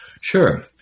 Sure